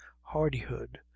hardihood